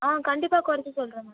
ஆ கண்டிப்பாக குறச்சி சொல்கிறேன் மேம்